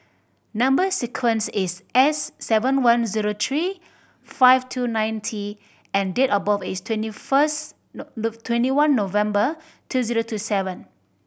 number sequence is S seven one zero three five two nine T and date of birth is twenty first of twenty one November two zero two seven